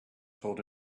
told